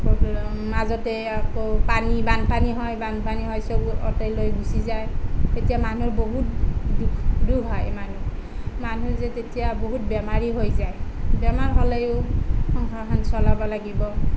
মাজতে আকৌ পানী বানপানী হয় বানপানী হৈ চব উটোৱাই লৈ গুচি যায় তেতিয়া মানুহৰ বহুত দুখ হয় মানুহ যে তেতিয়া বহুত বেমাৰী হৈ যায় বেমাৰ হ'লেও সংসাৰখন চলাব লাগিব